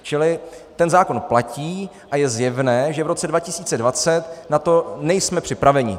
Čili ten zákon platí a je zjevné, že v roce 2020 na to nejsme připraveni.